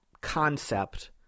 concept